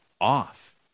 off